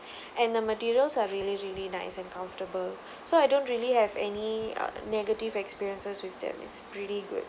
and the materials are really really nice and comfortable so I don't really have any uh negative experiences with them it's pretty good